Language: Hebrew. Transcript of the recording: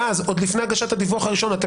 ואז עוד לפני הגשת הדיווח הראשון אתם